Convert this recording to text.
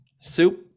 Soup